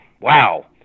Wow